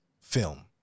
film